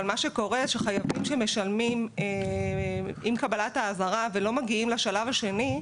אבל מה שקורה זה שחייבים שמשלמים עם קבלת האזהרה ולא מגיעים לשלב השני,